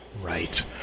Right